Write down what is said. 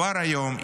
כבר היום,